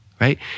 right